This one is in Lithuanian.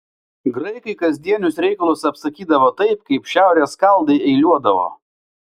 graikai kasdienius reikalus apsakydavo taip kaip šiaurės skaldai eiliuodavo